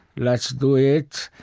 let's do it.